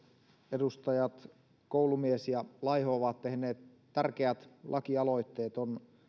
edustajat koulumies ja laiho ovat tehneet tärkeät lakialoitteet on